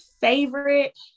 favorite